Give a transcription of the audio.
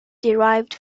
derived